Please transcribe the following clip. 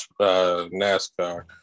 NASCAR